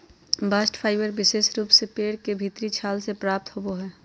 bast fibre विशेष रूप से पेड़ के भीतरी छाल से प्राप्त होवो हय